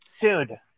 dude